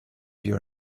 your